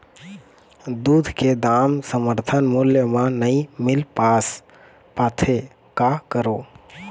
दूध के दाम समर्थन मूल्य म नई मील पास पाथे, का करों?